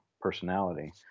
personality